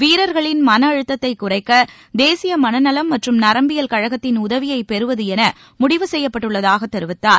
வீரர்களின் மனஅழுத்தத்தை குறைக்க தேசிய மனநலம் மற்றும் நரம்பியல் கழகத்தின் உதவியை பெறுவது என முடிவு செய்யப்பட்டுள்ளதாக தெரிவித்தார்